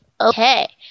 Okay